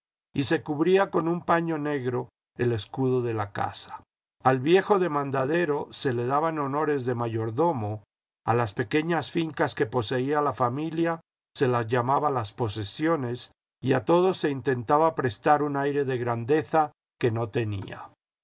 y se cubría con un paño negro el escudo de la casa al viejo demandadero se le daban honores de mayordomo a las pequeñas ñncas que poseía la familia se las llamaba las posesiones y a todo se intentaba prestar un aire de grandeza que no tenía